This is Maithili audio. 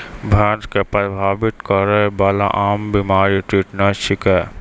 भेड़ क प्रभावित करै वाला आम बीमारी टिटनस छिकै